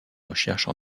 recherches